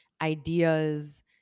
ideas